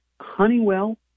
Honeywell